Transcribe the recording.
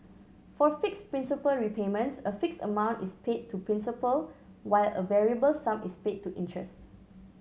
for fixed principal repayments a fixed amount is paid to principal while a variable sum is paid to interest